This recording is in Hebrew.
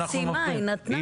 היא סיימה, היא נתנה.